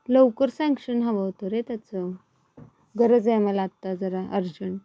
लवकर सँक्शन हवं होतं रे त्याचं गरज आहे मला लागता जरा अर्जंट